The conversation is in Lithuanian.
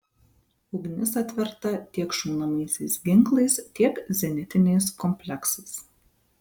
ugnis atverta tiek šaunamaisiais ginklais tiek zenitiniais kompleksais